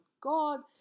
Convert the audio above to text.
God